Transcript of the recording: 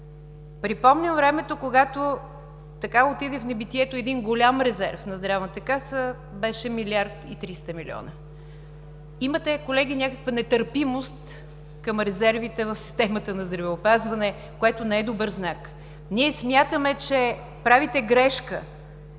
Припомням времето, когато отиде в небитието един голям резерв на Здравната каса – милиард и 300 милиона. Колеги, имате някаква нетърпимост към резервите в системата на здравеопазването, което не е добър знак. Ние смятаме, че правите грешка